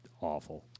awful